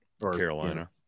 Carolina